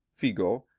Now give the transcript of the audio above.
figo,